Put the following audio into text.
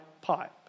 pipe